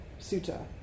sutta